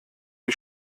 wie